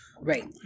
Right